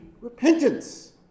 repentance